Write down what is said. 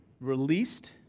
released